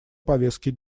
повестки